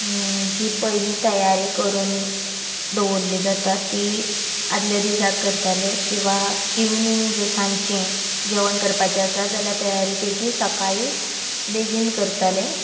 जी पयली तयारी करून जवरली जाता ती आदले दिसाक करतलें किंवा इवनिंग जर सांचे जेवण करपाचें आसा जाल्यार तयारी तेची सकाळीं बेगीन करतलें